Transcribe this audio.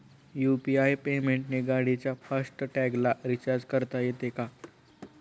UPI पेमेंटने गाडीच्या fast टॅगला रिर्चाज करता येते का?